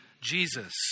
Jesus